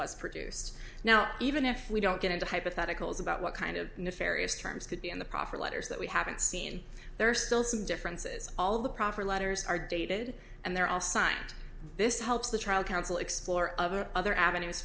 was produced now even if we don't get into hypotheticals about what kind of nefarious terms could be in the proffer letters that we haven't seen there are still some differences all of the proper letters are dated and they're all signed this helps the trial counsel explore other other avenues